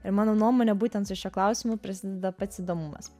ir mano nuomone būtent su šiuo klausimu prisideda pats įdomumas